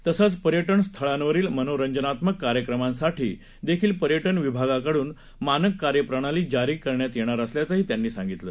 तसंच पर्यटन स्थळांवरील मनोरंजनात्मक कार्यक्रमांसाठी देखील पर्यटन विभागाकडून मानक प्रणाली जारी करण्यात येणार आहे असंही त्यांनी सांगितलं